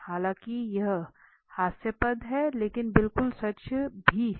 हालांकि यह हास्यास्पद है लेकिन बिल्कुल सच भी है